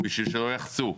כדי שלא יחצו.